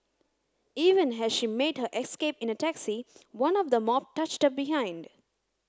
even as she made her escape in a taxi one of the mob touched her behind